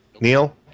Neil